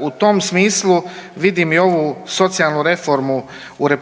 U tom smislu vidim i ovu socijalnu reformu u RH